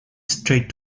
straight